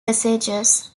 passages